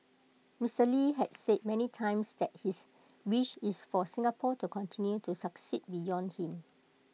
Mister lee had said many times that his wish is for Singapore to continue to succeed beyond him